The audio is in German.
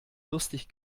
lustig